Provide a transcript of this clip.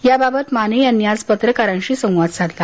याबाबत माने यांनी आज पत्रकारांशी संवाद साधला